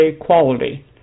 quality